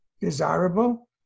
desirable